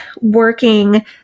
working